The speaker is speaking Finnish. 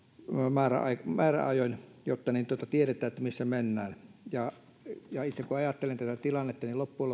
määräajoin määräajoin jotta tiedetään missä mennään ja kun itse ajattelen tätä tilannetta niin loppujen